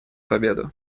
победу